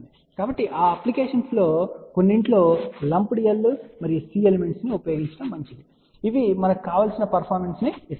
కాబట్టి ఆ అప్లికేషన్స్ లో కొన్నింటిలో లంపుడ్ L మరియు C ఎలిమెంట్స్ ను ఉపయోగించడం మంచిది ఇవి మనకు కావలసిన పర్ఫార్మెన్స్ ను ఇస్తాయి